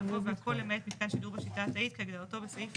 יבוא "והכל למעט מתקן שידור בשיטה התאית כהגדרתו בסעיף